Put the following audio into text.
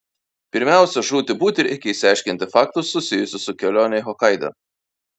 pirmiausia žūti būti reikia išaiškinti faktus susijusius su kelione į hokaidą